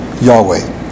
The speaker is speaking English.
Yahweh